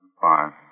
Fine